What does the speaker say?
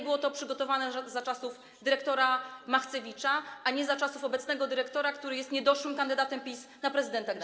Było to przygotowane za czasów dyrektora Machcewicza, a nie za czasów obecnego dyrektora, który jest niedoszłym kandydatem PiS na prezydenta Gdańska.